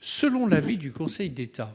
Selon l'avis du Conseil d'État,